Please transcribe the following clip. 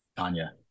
Tanya